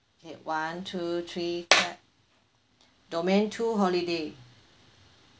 okay one two three clap domain to holiday